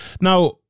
...now